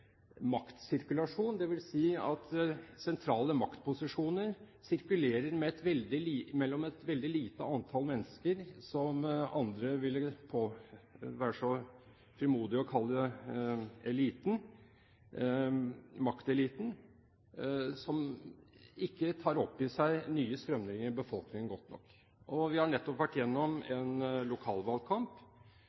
maktsirkulasjon. Det vil si at sentrale maktposisjoner sirkulerer mellom et veldig lite antall mennesker som andre ville være så frimodig å kalle makteliten, som ikke tar opp i seg nye strømninger i befolkningen godt nok. Vi har nettopp vært gjennom en lokalvalgkamp